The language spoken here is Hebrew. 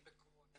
אני בקרוהן,